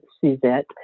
Suzette